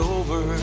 over